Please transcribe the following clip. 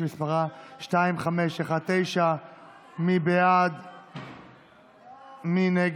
שמספרה 2519. מי בעד?